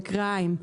לכרעיים.